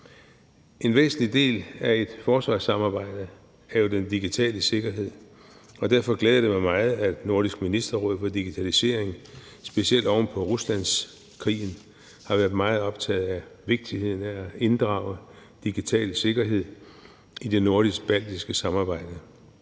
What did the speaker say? En væsentlig del af et forsvarssamarbejde er jo den digitale sikkerhed, og derfor glæder det mig meget, at Nordisk Ministerråd for Digitalisering, specielt oven på Ruslandskrigen, har været meget optaget af vigtigheden af at inddrage digital sikkerhed i det nordisk-baltiske samarbejde.